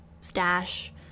stash